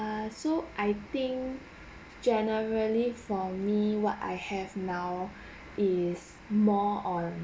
err so I think generally for me what I have now is more or